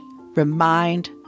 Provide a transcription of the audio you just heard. remind